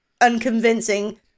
unconvincing